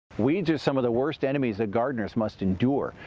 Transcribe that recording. weeds are some of the worst enemies that gardeners must endure.